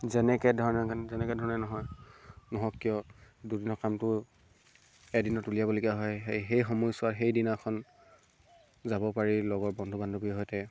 যেনেকে ধৰণে যেনেকে ধৰণে নহয় নহওক কিয় দুদিনৰ কামটো এদিনৰ উলিয়াবলগীয়া হয় সেই সেই সময়ছোৱাত সেইদিনাখন যাব পাৰি লগৰ বন্ধু বান্ধৱীৰ সৈতে